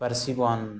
ᱯᱟᱹᱨᱥᱤ ᱵᱚᱱ